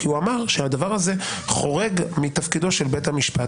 כי הוא אמר שהדבר הזה חורג מתפקידו של בית המשפט,